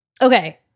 Okay